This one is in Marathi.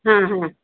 हां हां